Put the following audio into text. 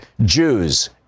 Jews